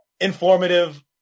informative